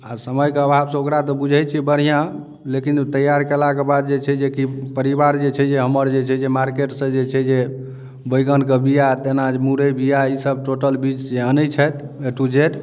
आ समय के अभाव सऽ ओकरा तऽ बुझै छी बढ़िआँ लेकिन ओ तैयार केलाके बाद जे छै जेकि परिवार जे छै हमर जे छै से जे मार्केट सऽ जे छै जे बैंगनके बीआ तेना मुरै बीआ इसब टोटल बीज से अनै छथि ए टू जेड